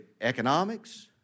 economics